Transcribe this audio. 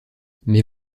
mais